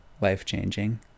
life-changing